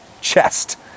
chest